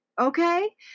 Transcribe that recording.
Okay